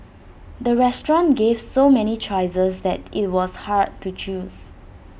the restaurant gave so many choices that IT was hard to choose